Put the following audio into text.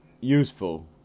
useful